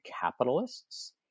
capitalists